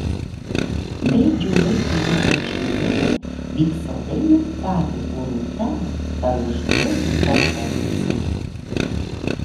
gaidžio laikrodžio aikštėje vyks saldainių fabriko rūta paruošti performansai